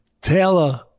Taylor